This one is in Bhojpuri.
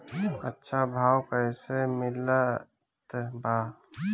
अच्छा भाव कैसे मिलत बा?